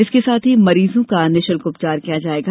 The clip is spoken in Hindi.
इसके साथ ही मरीजों का निशुल्क उपचार किया जायेगा